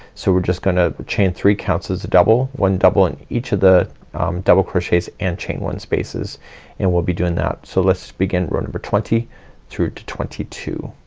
so we're just gonna chain three counts as a double, one double in each of the double crochets and chain one spaces and we'll be doing that. so let's begin row number twenty through twenty two.